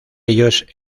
ellos